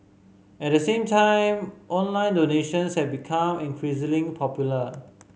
at the same time online donations have become increasingly popular